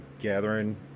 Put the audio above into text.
gathering